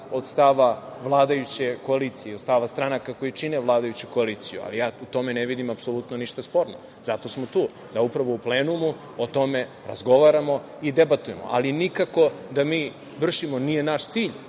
od stava vladajuće koalicije, od stava stranaka koje čine vladajući koaliciju, ali ja u tome ne vidim apsolutno ništa sporno. Zato smo tu da upravo u plenumu o tome razgovaramo i debatujemo, ali nikako da mi vršimo, nije naš cilj